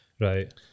Right